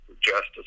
justice